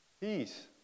peace